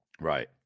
right